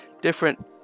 different